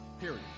period